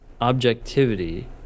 objectivity